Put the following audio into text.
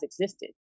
existed